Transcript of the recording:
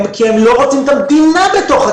כי הם לא רוצים את המדינה בקשר.